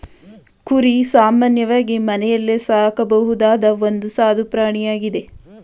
ಕುರಿ ಸಾಮಾನ್ಯವಾಗಿ ಮನೆಯಲ್ಲೇ ಸಾಕಬಹುದಾದ ಒಂದು ಸಾದು ಪ್ರಾಣಿಯಾಗಿದೆ